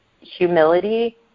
humility